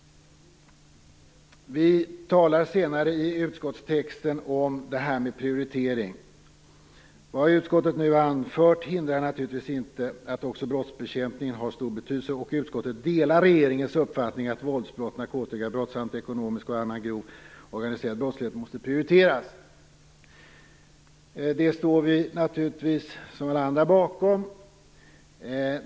Senare i utskottstexten talas det om det här med prioritering: "Vad utskottet nu anfört hindrar naturligtvis inte att också brottsbekämpningen har stor betydelse, och utskottet delar regeringens uppfattning att våldsbrott, narkotikabrott samt ekonomisk och annan grov organiserad brottslighet måste prioriteras." Det står vi naturligtvis bakom, som alla andra.